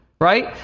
Right